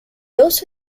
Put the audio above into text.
also